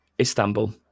Istanbul